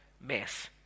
mess